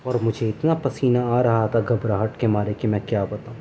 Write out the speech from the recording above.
اور مجھے اتنا پسینہ آ رہا تھا گھبراہٹ کے مارے کہ میں کیا بتاؤں